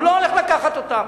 הוא לא הולך לקחת אותן.